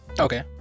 Okay